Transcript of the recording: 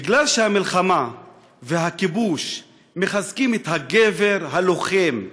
בגלל שהמלחמה והכיבוש מחזקים את הגבר הלוחם,